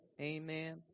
Amen